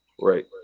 Right